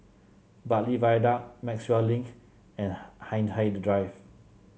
Bartley Viaduct Maxwell Link and Hindhede Drive